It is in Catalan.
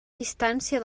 distància